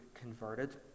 converted